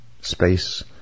space